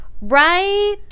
Right